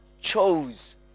chose